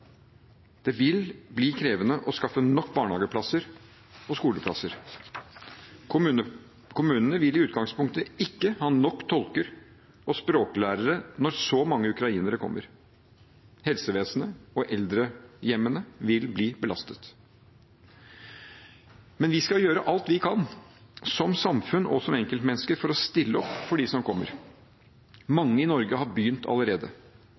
Det vil bli krevende å skaffe nok barnehageplasser og skoleplasser. Kommunene vil i utgangspunktet ikke ha nok tolker og språklærere når så mange ukrainere kommer. Helsevesenet og eldrehjemmene vil bli belastet. Men vi skal gjøre alt vi kan, som samfunn og som enkeltmennesker, for å stille opp for dem som kommer. Mange i Norge har begynt allerede.